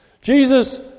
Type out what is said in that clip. Jesus